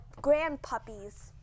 grandpuppies